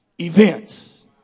events